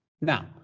Now